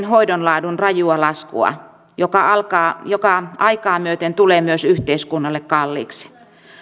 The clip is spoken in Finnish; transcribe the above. hoidon laadun rajua laskua joka aikaa myöten tulee myös yhteiskunnalle kalliiksi